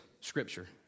scripture